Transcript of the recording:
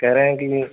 कहे रहे हैं कि